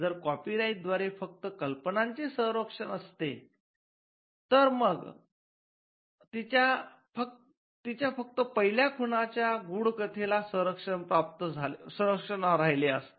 जर copyright द्व्यारे फक्त कल्पनांचे संरक्षण असले असते तर मग तिच्या फक्त पहिल्या खुनाच्या गूढ कथेला संरक्षण राहिले असते